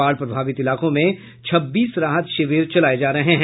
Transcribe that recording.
बाढ़ प्रभावित इलाकों में छब्बीस राहत शिविर चलाये जा रहे हैं